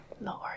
Lord